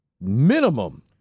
minimum